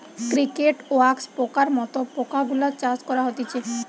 cricket, wax পোকার মত পোকা গুলার চাষ করা হতিছে